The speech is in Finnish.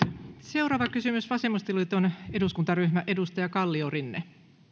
seuraava kysymys vasemmistoliiton eduskuntaryhmä edustaja kalliorinne